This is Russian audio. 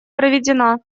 проведена